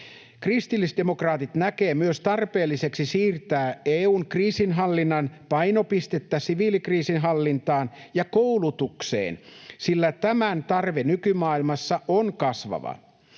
Kristillisdemokraatit näkevät myös tarpeelliseksi siirtää EU:n kriisinhallinnan painopistettä siviilikriisinhallintaan ja koulutukseen, sillä tämän tarve nykymaailmassa on kasvava.